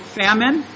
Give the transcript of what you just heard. famine